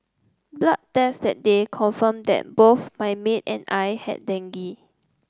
blood tests that day confirmed that both my maid and I had dengue